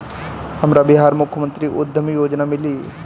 हमरा बिहार मुख्यमंत्री उद्यमी योजना मिली?